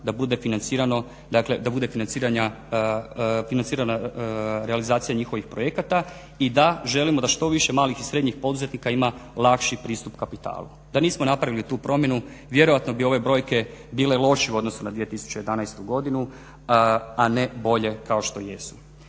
da bude financirana realizacija njihovih projekata. I da, želimo da što više malih i srednjih poduzetnika ima lakši pristup kapitalu. Da nismo napravili tu promjenu vjerojatno bi ove brojke bile lošije u odnosu na 2011. godinu, a ne bolje kao što jesu.